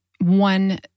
one